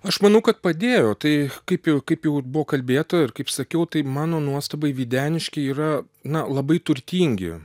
aš manau kad padėjo tai kaip jau kaip jau ir buvo kalbėta ir kaip sakiau tai mano nuostabai videniškiai yra na labai turtingi